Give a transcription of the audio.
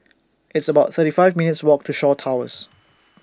It's about thirty five minutes' Walk to Shaw Towers